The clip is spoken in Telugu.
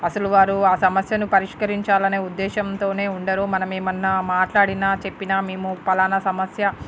అస్సలు వారు ఆ సమస్యను పరిష్కరించాలని ఉద్దేశంతోనే ఉండరు మనమేమన్న మాట్లాడిన చెప్పిన మేము ఫలానా సమస్య